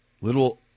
little